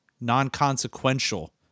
non-consequential